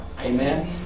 Amen